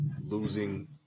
losing